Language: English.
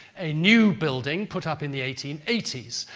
a new building put up in the eighteen eighty s.